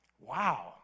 wow